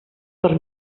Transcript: per